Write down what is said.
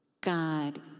God